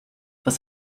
was